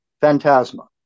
Phantasma